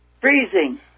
freezing